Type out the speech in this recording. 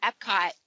Epcot